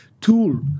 tool